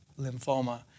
lymphoma